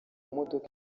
modoka